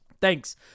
Thanks